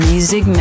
Music